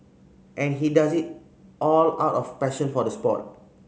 and he does it all out of passion for the sport